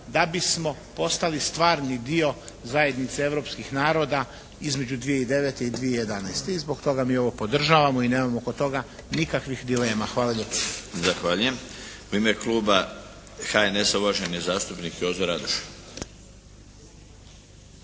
da bismo postali stvarni dio zajednice europskih naroda između 2009. i 2011. I zbog toga mi ovo podržavamo i nemamo oko toga nikakvih dilema. Hvala lijepo. **Milinović, Darko (HDZ)** Zahvaljujem. U ime Kluba HNS-a uvaženi zastupnik Jozo Radoš.